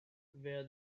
where